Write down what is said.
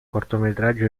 cortometraggi